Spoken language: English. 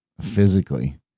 physically